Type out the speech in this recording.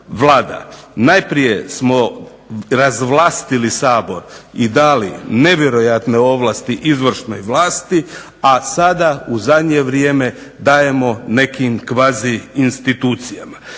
Najprije smo razvlastili Sabor i dali nevjerojatne ovlasti izvršnoj vlasti, a sada u zadnje vrijeme dajemo nekim kvazi-institucijama.